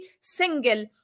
single